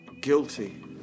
Guilty